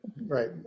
right